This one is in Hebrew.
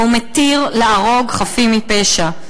והוא מתיר להרוג חפים מפשע.